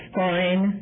fine